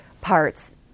parts